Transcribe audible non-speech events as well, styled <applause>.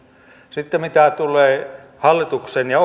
kysymys mitä tulee hallitukseen ja <unintelligible>